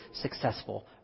successful